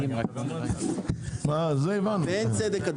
בהן צדק.